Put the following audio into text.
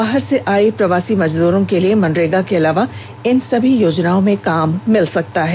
बाहर से आये प्रवासी मजदूरों के लिए मनरेगा के अलावा इन सभी योजनाओं में काम मिल सकता है